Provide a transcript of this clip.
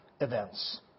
events